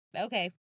Okay